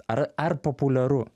ar ar populiaru